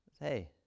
Hey